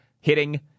Hitting